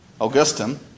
Augustine